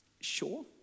sure